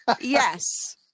yes